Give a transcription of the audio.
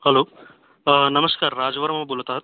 hello नमस्कार राजवर्मा बोलत आहात